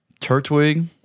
Turtwig